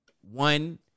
one